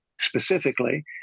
specifically